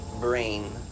brain